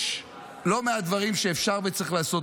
יש לא מעט דברים שאפשר וצריך לעשות,